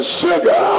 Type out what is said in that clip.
sugar